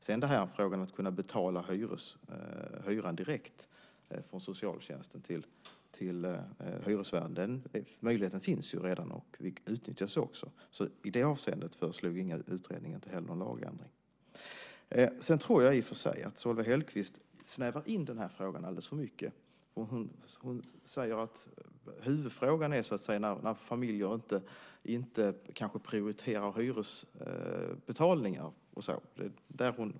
Möjligheten att betala hyran direkt från socialtjänst till hyresvärden finns redan och utnyttjas också. I det avseendet föreslog utredningen inte heller någon ändring. Sedan tror jag i och för sig att Solveig Hellquist snävar in frågan alldeles för mycket. Hon säger att huvudfrågan är att familjer kanske inte prioriterar hyresbetalningar.